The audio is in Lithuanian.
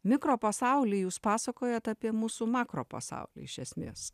mikropasaulį jūs pasakojat apie mūsų makropasaulį iš esmės